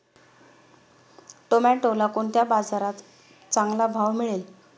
टोमॅटोला कोणत्या बाजारात चांगला भाव मिळेल?